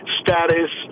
status